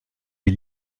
des